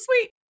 sweet